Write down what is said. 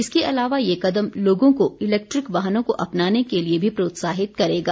इसके अलावा ये कदम लोगों को इलेक्ट्रिक वाहनों को अपनाने के लिए भी प्रोत्साहित करेगा